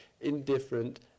indifferent